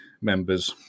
members